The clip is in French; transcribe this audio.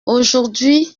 aujourd’hui